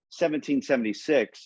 1776